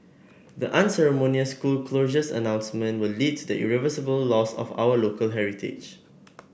the unceremonious school closures announcement will lead to the irreversible loss of our local heritage